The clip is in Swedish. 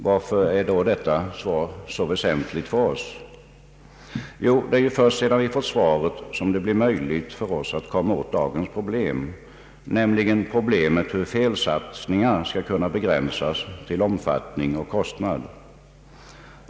Varför är då detta svar så väsentligt för oss? Jo, det är ju först sedan vi fått svaret som det blir möjligt för oss att komma åt dagens problem, nämligen problemet hur felsatsningar skall kunna begränsas till omfattning och kostnad.